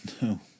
no